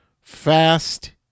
fast